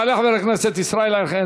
יעלה חבר הכנסת ישראל אייכלר,